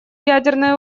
ядерной